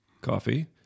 coffee